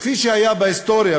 כפי שהיה בהיסטוריה,